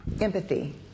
Empathy